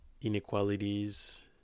inequalities